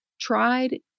tried